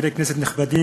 חברי כנסת נכבדים,